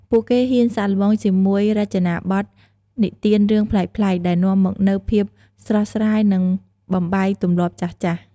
ពួកគេហ៊ានសាកល្បងជាមួយរចនាបថនិទានរឿងប្លែកៗ ដែលនាំមកនូវភាពស្រស់ស្រាយ និងបំបែកទម្លាប់ចាស់ៗ។